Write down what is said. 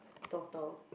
total